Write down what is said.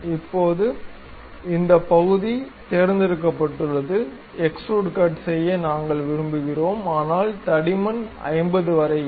இப்போது இந்த பகுதி தேர்ந்தெடுக்கப்பட்டுள்ளது எக்ஸ்ட்ரூட் கட் செய்ய நாங்கள் விரும்புகிறோம் ஆனால் தடிமன் 50 வரை இல்லை